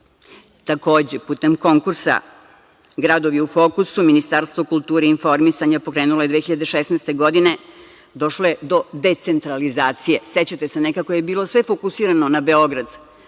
putem konkursa „Gradovi u fokusu“ Ministarstvo kulture i informisanja pokrenulo je 2016. godine, došlo je do decentralizacije. Sećate se, nekako je sve bilo fokusirano na Beograd.